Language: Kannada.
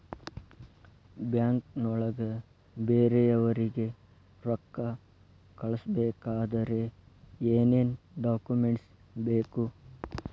ಬ್ಯಾಂಕ್ನೊಳಗ ಬೇರೆಯವರಿಗೆ ರೊಕ್ಕ ಕಳಿಸಬೇಕಾದರೆ ಏನೇನ್ ಡಾಕುಮೆಂಟ್ಸ್ ಬೇಕು?